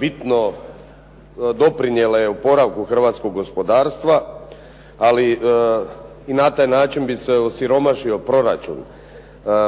bitno doprinijele oporavku hrvatskog gospodarstva, ali i na taj način bi se osiromašio proračun.